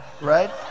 right